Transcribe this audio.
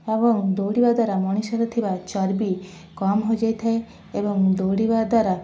ଏବଂ ଦୌଡ଼ିବା ଦ୍ଵାରା ମଣିଷରେ ଥିବା ଚର୍ବି କମ୍ ହୋଇଯାଇଥାଏ ଏବଂ ଦୌଡ଼ିବା ଦ୍ଵାରା